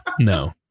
no